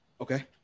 Okay